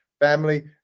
family